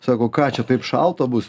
sako ką čia taip šalta bus